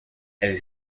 elle